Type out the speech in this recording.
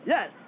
Yes